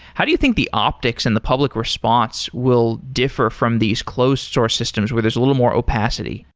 how do you think the optics and the public response will differ from these closed source systems, where there's a little more opacity?